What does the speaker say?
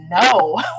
no